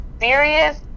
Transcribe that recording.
serious